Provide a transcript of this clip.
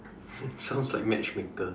sounds like matchmaker